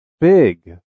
big